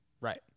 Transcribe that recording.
Right